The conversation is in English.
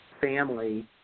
family